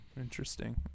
Interesting